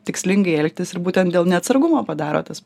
tikslingai elgtis ir būtent dėl neatsargumo padaro tas